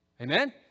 Amen